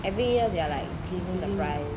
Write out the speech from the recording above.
every year they're like increasing the price